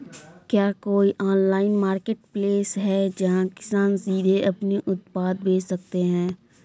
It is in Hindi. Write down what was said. क्या कोई ऑनलाइन मार्केटप्लेस है जहाँ किसान सीधे अपने उत्पाद बेच सकते हैं?